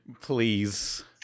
please